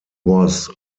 was